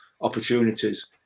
opportunities